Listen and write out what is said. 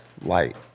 light